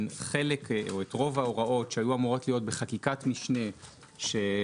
את רוב ההוראות שהיו אמורות להיות בחקיקת משנה - מטבע